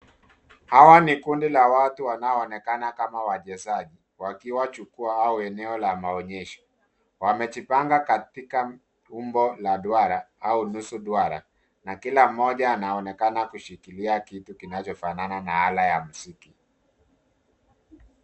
Hawa ni kundi la watu wanaonekana kama wachezaji. Wakiwa jukwaa au eneo la maonyesho. Wamejipanga katika umbo la duara, au nusu duara, na kila moja anaonekana kushikilia kitu kinachofanana na ala ya muziki.